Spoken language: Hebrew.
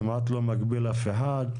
כמעט לא מגביל אף אחד.